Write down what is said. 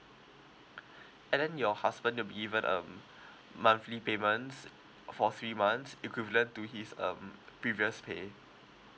and then your husband will be given um monthly payments for three months equivalent to his um previous pay